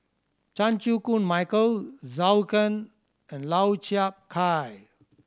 Chan Chew Koon Michael Zhou Can and Lau Chiap Khai